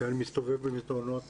שאני מסתובב במסדרונות